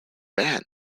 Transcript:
band